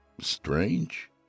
Strange